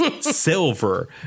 silver